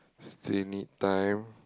still need time